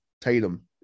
Tatum